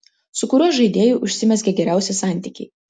su kuriuo žaidėju užsimezgė geriausi santykiai